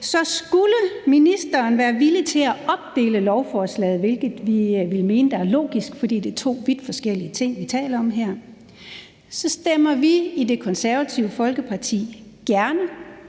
Så skulle ministeren være villig til at opdele lovforslaget, hvilket vi vil mene er logisk, fordi det er to vidt forskellige ting, vi taler om her, så stemmer vi i Det Konservative Folkeparti gerne